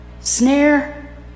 snare